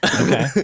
Okay